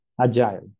agile